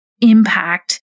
impact